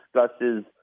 discusses